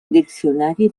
diccionari